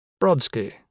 Brodsky